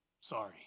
sorry